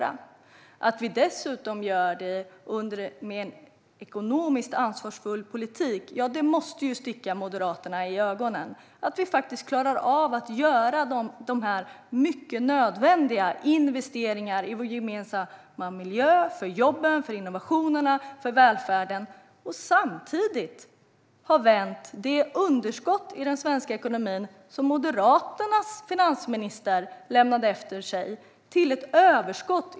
Att vi dessutom gör det med en ekonomiskt ansvarsfull politik måste sticka Moderaterna i ögonen. Vi klarar av att göra de mycket nödvändiga investeringarna i vår gemensamma miljö, för jobben, för innovationerna och för välfärden. Samtidigt har vi vänt det underskott i den svenska ekonomin som Moderaternas finansminister lämnade efter sig till ett överskott.